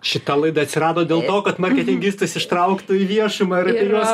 šita laida atsirado dėl to kad marketingistus ištrauktų į viešumą ir apie juos